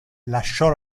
lasciò